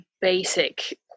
basic